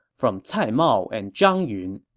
from cai mao and zhang yun